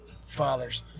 fathers